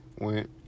went